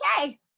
Okay